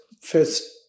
first